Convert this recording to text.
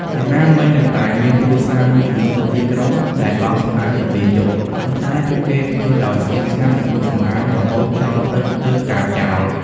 យ៉ាងណាមិញ នៅតែមានគ្រួសារមួយចំនួននៅទីក្រុង ដែលបោសសម្អាតនៅពេលយប់ ប៉ុន្តែពួកគេធ្វើដោយស្ងៀមស្ងាត់ និងទុកសំរាមរហូតដល់ព្រឹក ទើបកើបចោល។